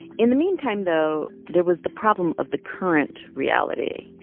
in the meantime, though, there was the problem of the current reality,